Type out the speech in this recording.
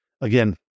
again